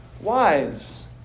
wise